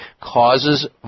causes